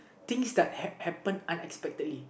things that happen unexpectedly